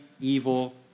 evil